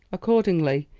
accordingly,